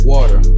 Water